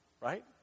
right